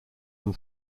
them